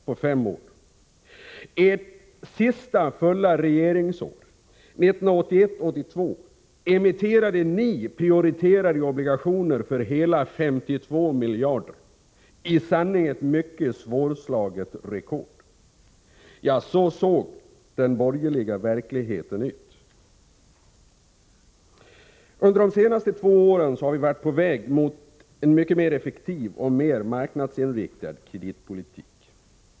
Under ert senaste fulla regeringsår, 1981/82, emitterade ni prioriterade obligationer för hela 52 miljarder, i sanning ett mycket svårslaget rekord. Ja, så såg den borgerliga verkligheten ut. Under de senaste två åren har vi varit på väg mot en mycket effektivare och mer marknadsinriktad kreditpolitik.